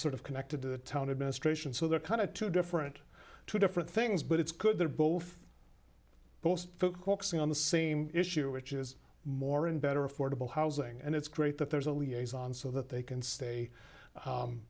sort of connected to the town administration so they're kind of two different two different things but it's good they're both those focusing on the same issue which is more and better affordable housing and it's great that there's a liaison so that they can stay